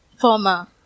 former